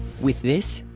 with this?